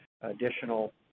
additional